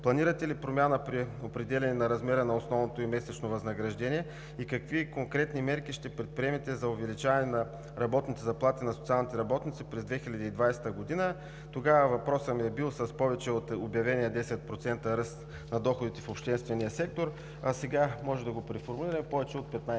Планирате ли промяна при определяне на размера на основното и месечно възнаграждение? Какви конкретни мерки ще предприемете за увеличаване на работните заплати на социалните работници през 2020 г – тогава въпросът ми е бил: „с повече от обявения десетпроцентен ръст на доходите в обществения сектор“, а сега може да го преформулирам: „с повече от 15%“,